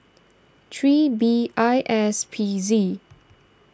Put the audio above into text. three B I S P Z